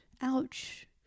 Ouch